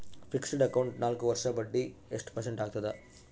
Fixed account ನಾಲ್ಕು ವರ್ಷಕ್ಕ ಬಡ್ಡಿ ಎಷ್ಟು ಪರ್ಸೆಂಟ್ ಆಗ್ತದ?